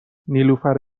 نیلوفر